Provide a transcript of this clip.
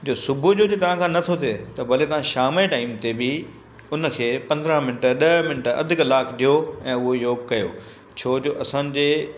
जो सुबुह जो जीअं तव्हांखां नथो थिए त भले तव्हां शाम टाइम ते बि उन खे पंदरहां मिंट ॾह मिंट अधु कलाकु ॾियो ऐं उहो योगु कयो छो जो असांजे